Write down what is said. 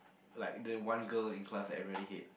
like the one girl in class everybody hate